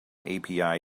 api